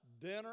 dinner